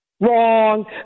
Wrong